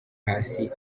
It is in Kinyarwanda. hasi